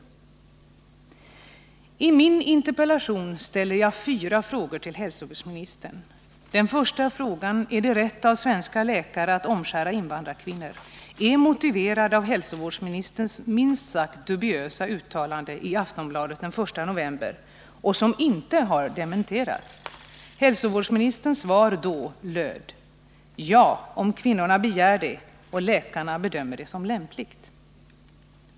I min interpellation ställde jag fyra frågor till hälsovårdsministern. Den första löd: Är det rätt av svenska läkare att omskära invandrarkvinnor? Den är motiverad av hälsovårdsministerns minst sagt dubiösa uttalanden i Aftonbladet den 1 november, som inte har dementerats. Hälsovårdsministerns svar då löd: Ja, om kvinnorna begär det och läkarna bedömer det som lämpligt.